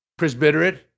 presbyterate